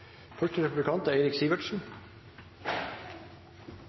første er